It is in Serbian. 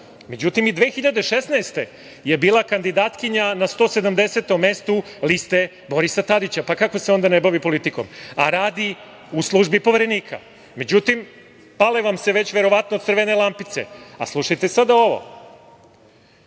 a i 2016. godine je bila kandidatkinja na 170. mestu liste Borisa Tadića. Kako se onda ne bavi politikom? A radi u službi Poverenika.Međutim, pale vam se već verovatno crvene lampice, a slušajte sada ovo.